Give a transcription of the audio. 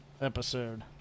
episode